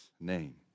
name